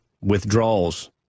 withdrawals